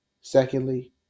Secondly